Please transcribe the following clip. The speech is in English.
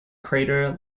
crater